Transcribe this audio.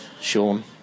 Sean